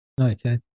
Okay